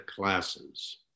classes